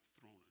throne